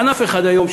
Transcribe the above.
ענף אחד היום,